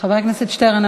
חבר הכנסת שטרן,